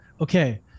okay